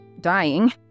dying